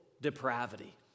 depravity